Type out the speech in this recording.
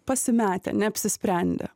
pasimetę neapsisprendę